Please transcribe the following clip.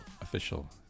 official